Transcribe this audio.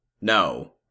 no